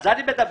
על זה אני מדבר.